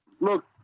look